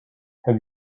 have